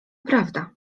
prawda